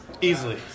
Easily